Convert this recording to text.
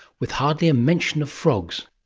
with hardly a mention of frogs,